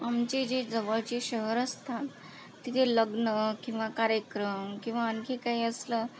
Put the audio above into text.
आमचे जे जवळचे शहरं असतात तिथे लग्न किंवा कार्यक्रम किंवा आणखी काही असलं